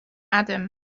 adam